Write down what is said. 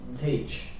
teach